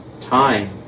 time